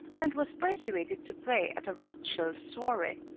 and was persuaded to play at a rothschild soiree.